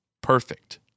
perfect